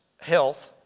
Health